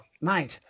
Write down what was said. mate